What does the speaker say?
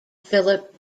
philip